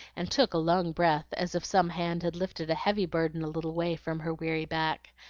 and took a long breath, as if some hand had lifted a heavy burden a little way from her weary back,